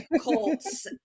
Colts